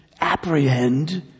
apprehend